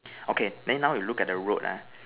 okay then now we look at the road ah